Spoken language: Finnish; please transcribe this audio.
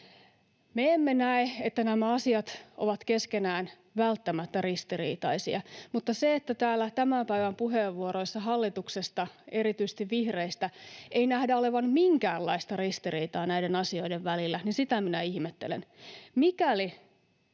Me emme näe, että nämä asiat ovat keskenään välttämättä ristiriitaisia, mutta sitä, että täällä tämän päivän puheenvuoroissa hallituksesta, erityisesti vihreistä, ei nähdä olevan minkäänlaista ristiriitaa näiden asioiden välillä, minä ihmettelen. Mikäli